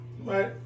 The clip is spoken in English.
Right